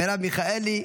מרב מיכאלי,